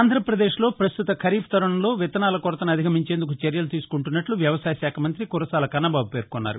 ఆంధ్రప్రదేశ్లో పస్తుత ఖరీఫ్ తరుణంలో విత్తనాల కొరతను అధిగమించేందుకు చర్యలు తీసుకుంటున్నట్లు వ్యవసాయ శాఖ మంతి కురసాల కన్నబాబు పేర్కొన్నారు